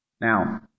Now